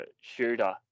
Shooter